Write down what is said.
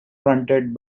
fronted